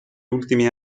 ultimi